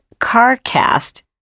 CarCast